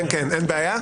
כן, כן אין בעיה.